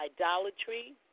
Idolatry